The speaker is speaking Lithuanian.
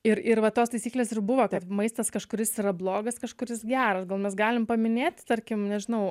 ir ir va tos taisyklės ir buvo kad maistas kažkuris yra blogas kažkuris geras gal mes galim paminėt tarkim nežinau